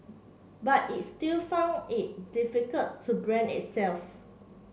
but it still found it difficult to brand itself